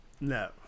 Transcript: No